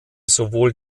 sowohl